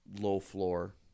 low-floor